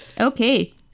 Okay